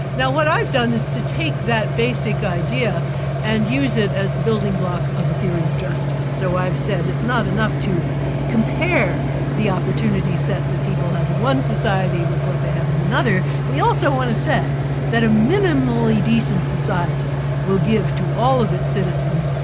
now what i've done is to take that basic idea and use it as the building block of a theory of justice. so i've said it's not enough to compare the opportunities that the people have in one society with what they have in another. we also want to say that a minimally decent society will give to all of its citizens,